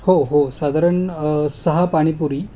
हो हो साधारण सहा पाणीपुरी